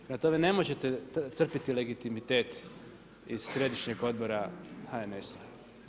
Prema tome, ne možete crpiti legitimitet iz središnjeg odbora HNS-a.